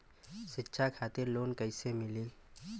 शिक्षा खातिर लोन कैसे मिली?